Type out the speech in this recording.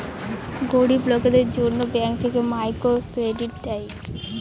গরিব লোকদের জন্য ব্যাঙ্ক থেকে মাইক্রো ক্রেডিট দেয়